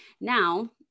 now